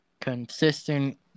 Consistent